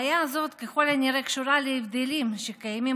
הבעיה הזאת ככל הנראה קשורה להבדלים שקיימים